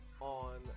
on